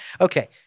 okay